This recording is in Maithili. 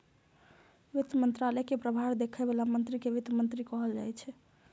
वित्त मंत्रालय के प्रभार देखै बला मंत्री कें वित्त मंत्री कहल जाइ छै